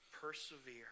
Persevere